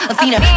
Athena